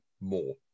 more